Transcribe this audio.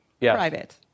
private